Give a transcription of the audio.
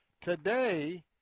Today